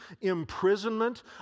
imprisonment